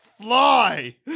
Fly